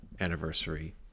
anniversary